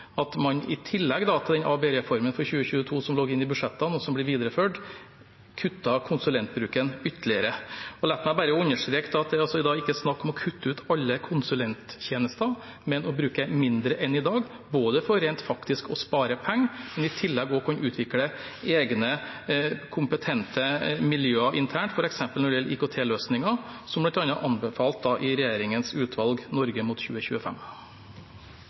man i tillegg til ABE-reformen for 2022, som lå inne i budsjettene, og som blir videreført, kutter konsulentbruken ytterligere. La meg da bare understreke at det ikke er snakk om å kutte ut alle konsulenttjenester, men å bruke mindre enn i dag – både for rent faktisk å spare penger og i tillegg for å kunne utvikle egne kompetente miljøer internt, f.eks. når det gjelder IKT-løsninger, noe som bl.a. er anbefalt i regjeringens utvalg Norge mot 2025.